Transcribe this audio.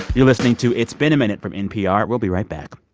you're listening to it's been a minute from npr. we'll be right back